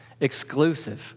Exclusive